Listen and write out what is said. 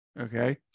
okay